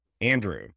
Andrew